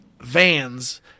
vans